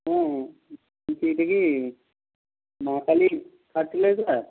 হুম বলছি এটা কি মা কালী ফার্টিলাইজার